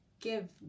give